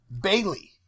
Bailey